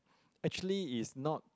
actually it's not